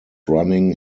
running